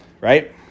Right